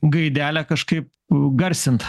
gaidelę kažkaip garsint